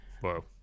Whoa